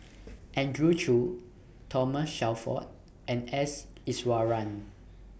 Andrew Chew Thomas Shelford and S Iswaran